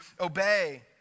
obey